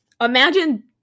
imagine